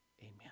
Amen